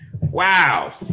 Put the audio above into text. Wow